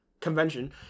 convention